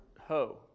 ho